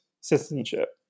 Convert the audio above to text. citizenship